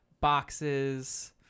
Boxes